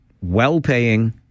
well-paying